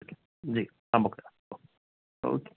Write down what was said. जी मां मोकिलिया थो ओके ओके